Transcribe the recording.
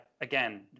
again